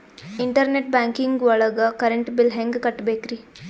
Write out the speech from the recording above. Internet banking ಒಳಗ್ current bill ಹೆಂಗ್ ಕಟ್ಟ್ ಬೇಕ್ರಿ?